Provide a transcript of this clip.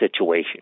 situation